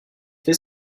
fait